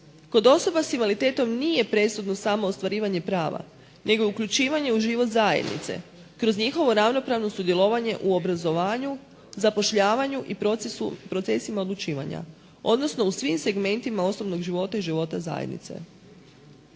Kod osoba s invaliditetom nije presudno samo ostvarivanje prava nego i uključivanje u život zajednice kroz njihovo ravnopravno sudjelovanje u obrazovanju, zapošljavanju i procesima odlučivanja, odnosno u svim segmentima osnovnog života i života zajednice.